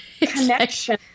Connection